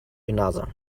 another